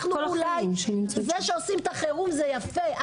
זה שעושים את החירום זה יפה,